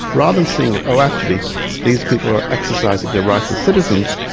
rather than seeing it, oh actually these people are exercising their rights as citizens,